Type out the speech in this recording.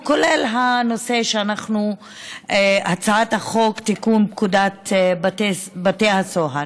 כולל הצעת החוק לתיקון פקודת בתי הסוהר.